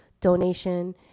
donation